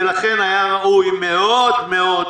לכן היה ראוי מאוד מאוד,